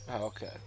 Okay